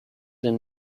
and